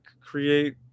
create